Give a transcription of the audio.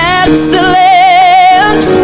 excellent